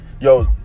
Yo